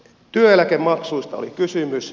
työeläkemaksuista oli kysymys